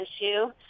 issue